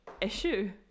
issue